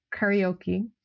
karaoke